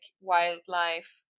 wildlife